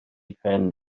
pen